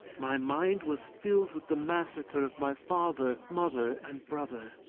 my mind was filled with the massacre of my father, mother, and brother,